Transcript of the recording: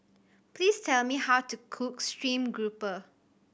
please tell me how to cook stream grouper